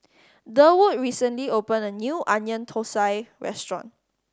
Durwood recently opened a new Onion Thosai restaurant